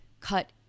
cut